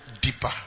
deeper